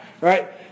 right